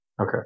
Okay